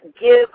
give